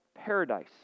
paradise